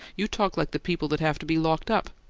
you talk like the people that have to be locked up.